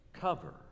cover